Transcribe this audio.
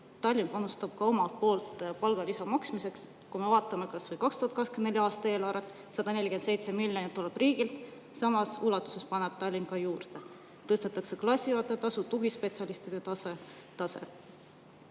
Tallinn panustab ka omalt poolt palgalisa maksmiseks. Vaatame kas või 2024. aasta eelarvet: 147 miljonit eurot tuleb riigilt, samas ulatuses paneb Tallinn juurde. Tõstetakse klassijuhataja tasu, tugispetsialistide tasu.